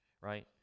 right